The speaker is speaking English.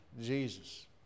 Jesus